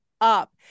up